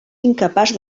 incapaç